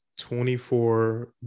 24